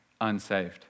unsaved